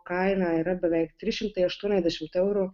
kaina yra beveik trys šimtai aštuoniasdešimt eurų